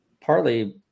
partly